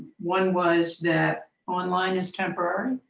one was that online is temporary.